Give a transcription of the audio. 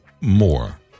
more